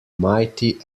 mighty